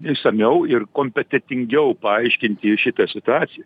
išsamiau ir kompetentingiau paaiškinti šitą situaciją